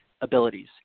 abilities